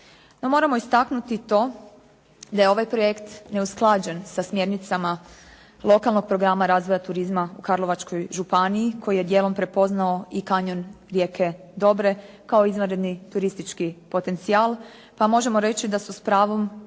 moramo istaknuti to da je ovaj projekt neusklađen sa smjernicama lokalnog programa razvoja turizma u Karlovačkoj županiji, koji je dijelom prepoznao i kanjon rijeke Dobre kao izvanredni turistički potencijal, pa možemo reći da su s pravom